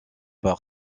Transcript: par